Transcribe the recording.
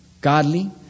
godly